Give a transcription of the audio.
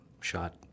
shot